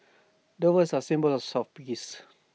doves are A symbol of sort peace